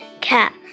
cat